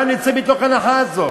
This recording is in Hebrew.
גם נצא מתוך ההנחה הזאת.